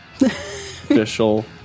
Official